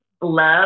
love